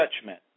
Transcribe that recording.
judgment